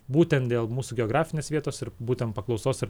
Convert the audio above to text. būtent dėl mūsų geografinės vietos ir būtent paklausos ir